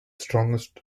strongest